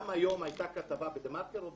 גם היום הייתה כתבה ב-דה מרקר על